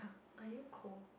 are you cold